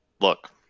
Look